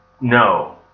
No